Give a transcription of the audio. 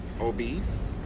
obese